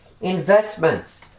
Investments